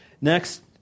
Next